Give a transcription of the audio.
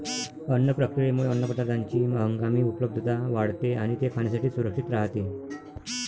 अन्न प्रक्रियेमुळे अन्नपदार्थांची हंगामी उपलब्धता वाढते आणि ते खाण्यासाठी सुरक्षित राहते